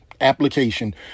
application